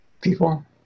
people